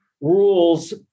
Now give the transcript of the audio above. Rules